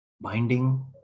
Binding